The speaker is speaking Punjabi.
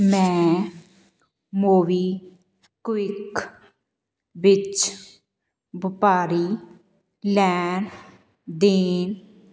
ਮੈਂ ਮੋਬੀ ਕਵਿੱਕ ਵਿੱਚ ਵਪਾਰੀ ਲੈਣ ਦੇਣ